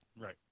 Right